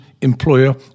employer